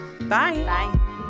bye